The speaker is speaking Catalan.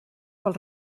pels